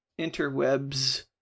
interwebs